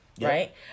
right